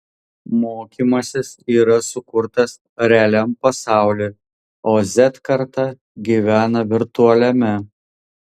mokymasis yra sukurtas realiam pasauliui o z karta gyvena virtualiame